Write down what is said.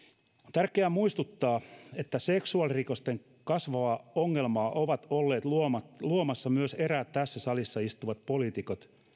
tärkeää muistuttaa että seksuaalirikosten kasvavaa ongelmaa ovat olleet luomassa luomassa myös eräät tässä salissa istuvat poliitikot